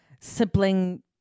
sibling